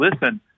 listen